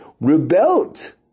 rebelled